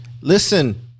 listen